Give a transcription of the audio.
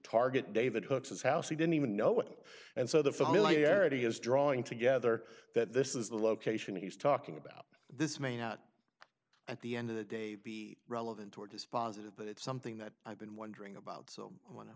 target david hookes his house he didn't even know it and so the familiarity is drawing together that this is the location he's talking about this may not at the end of the day be relevant or dispositive but it's something that i've been wondering about so i